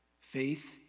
Faith